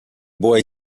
boy